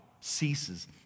ceases